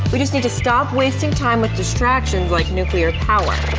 we just need to stop wasting time with distractions like nuclear power.